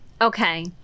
okay